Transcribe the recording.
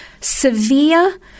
severe